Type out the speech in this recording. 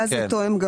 ואז זה תואם.